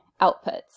outputs